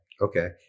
Okay